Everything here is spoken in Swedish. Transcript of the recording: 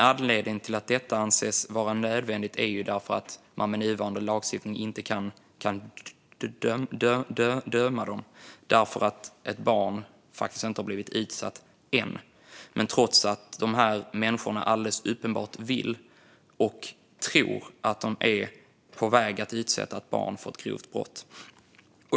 Anledningen till att detta anses vara nödvändigt är dock att personerna inte kan dömas med nuvarande lagstiftning eftersom inget barn faktiskt har blivit utsatt - än - trots att dessa människor alldeles uppenbart vill utsätta, och tror att de är på väg att utsätta, ett barn för ett grovt brott.